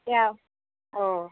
याव औ